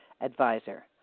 advisor